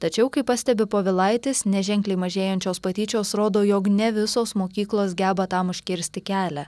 tačiau kaip pastebi povilaitis neženkliai mažėjančios patyčios rodo jog ne visos mokyklos geba tam užkirsti kelią